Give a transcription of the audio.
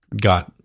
got